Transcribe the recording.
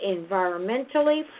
environmentally